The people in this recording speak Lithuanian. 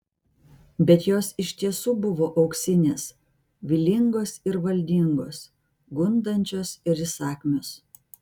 bet jos iš tiesų buvo auksinės vylingos ir valdingos gundančios ir įsakmios